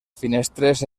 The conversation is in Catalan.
finestres